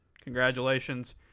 congratulations